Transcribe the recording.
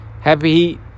happy